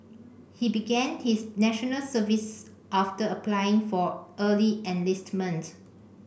he began his National Service after applying for early enlistment